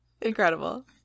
Incredible